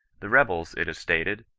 the rebels, it is stated,